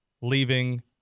leaving